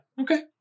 Okay